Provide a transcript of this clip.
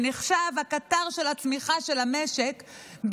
שנחשב הקטר של הצמיחה של המשק,